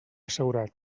assegurat